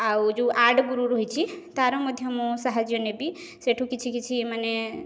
ଆଉ ଯେଉଁ ଆଡ଼୍ ଗୁରୁ ରହିଚି ତାର ମଧ୍ୟ ମୁଁ ସାହାଯ୍ୟ ନେବି ସେଠୁ କିଛି କିଛି ମାନେ